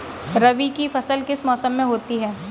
रबी की फसल किस मौसम में होती है?